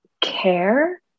care